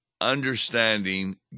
understanding